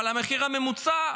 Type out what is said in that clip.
אבל המחיר הממוצע,